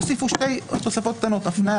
הוסיפו שתי תוספות קטנות: הפנייה